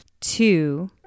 Two